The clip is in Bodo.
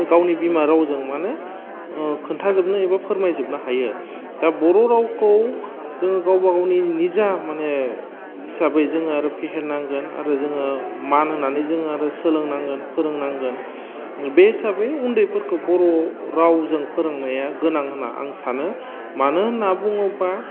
गावनि बिमा रावजों माने खोनथाजोबनो एबा फोरमायजोबनो हायो दा बर' रावखौ जोङो गावबा गावनि निजा माने हिसाबै जों आरो फेहेरनांगोन आरो जोङो मान होनानै जोङो आरो सोलोंनांगोन फोरोंनांगोन बे हिसाबै उन्दैफोरखौ बर' रावजों फोरोंनाया गोनां होन्ना आं सानो मानो होन्ना बुङोबा